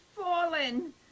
fallen